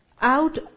out